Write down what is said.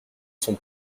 sont